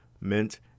Mint